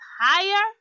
higher